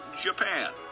Japan